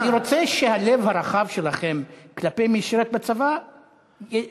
אני רוצה שהלב הרחב שלכם כלפי מי ששירת בצבא יפרוץ קדימה.